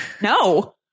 No